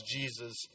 Jesus